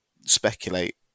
speculate